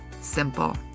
simple